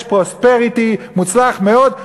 שיש פרוספריטי והכול מוצלח מאוד,